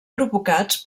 provocats